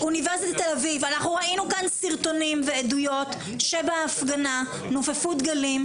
באונ' תל אביב אנחנו ראינו כאן סרטונים ועדויות שבהפגנה נופפו דגלים,